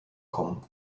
kommen